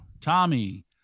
Tommy